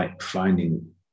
finding